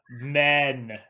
Men